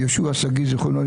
יהושע שגיא ז"ל,